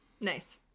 Nice